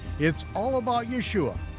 it's all about yeshua,